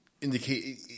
indicate